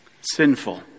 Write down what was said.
Sinful